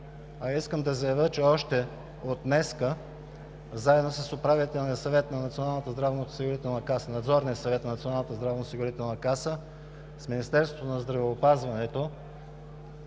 а искам да заявя, че още от днес заедно с Надзорния съвет на Националната здравноосигурителна каса и Министерството на здравеопазването